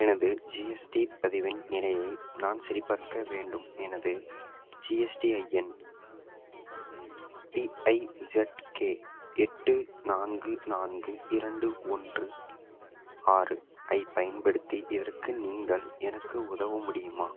எனது ஜிஎஸ்டி பதிவின் நிலையை நான் சரிபார்க்க வேண்டும் எனது ஜிஎஸ்டிஐஎன் பிஐஇஸட்கே எட்டு நான்கு நான்கு இரண்டு ஒன்று ஆறு ஐப் பயன்படுத்தி இதற்கு நீங்கள் எனக்கு உதவ முடியுமா